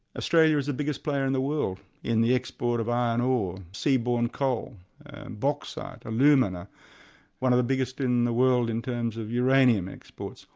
australia is the biggest player in the world in the export of iron ore, seaborne coal and bauxite, alumina one of the biggest in the world in terms of uranium exports.